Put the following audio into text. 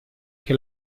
che